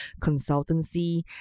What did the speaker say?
consultancy